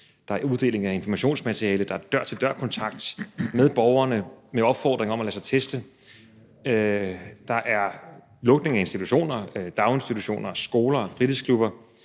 der er uddeling af informationsmateriale; der er dør til dør-kontakt med borgerne med opfordring om at lade sig teste; der er lukning af institutioner – daginstitutioner, skoler og fritidsklubber.